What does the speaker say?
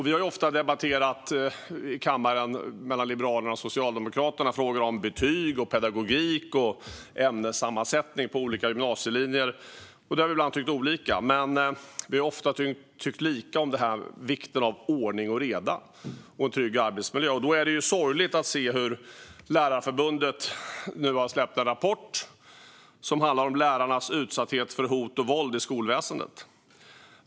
Vi har ofta debatterat i kammaren mellan Liberalerna och Socialdemokraterna frågor om betyg och pedagogik och ämnessammansättning på olika gymnasielinjer. Där har vi ibland tyckt olika, men vi har ofta tyckt lika om vikten av ordning och reda och en trygg arbetsmiljö. Det är sorgligt att se den rapport som Lärarförbundet nu har släppt. Den handlar om lärarnas utsatthet för hot och våld i skolväsendet.